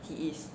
he is